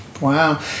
Wow